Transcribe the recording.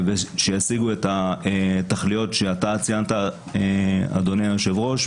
שישיגו את התכליות שציינת, אדוני היושב-ראש.